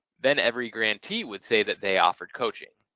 then every grantee would say that they offered coaching.